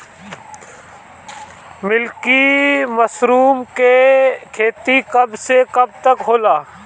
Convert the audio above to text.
Milky mushroom के खेती कब से कब तक होला?